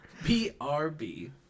PRB